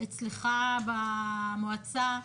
אצלך במועצה?